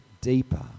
deeper